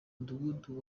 mudugudu